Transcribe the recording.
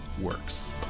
works